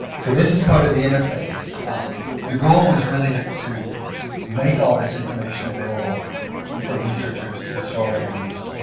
so this this part of the interface the goal was really to make all this information available for researchers, historians,